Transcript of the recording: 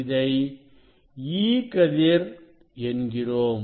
இதை E கதிர் என்கிறோம்